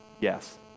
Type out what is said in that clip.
yes